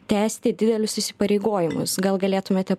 tęsti didelius įsipareigojimus gal galėtumėte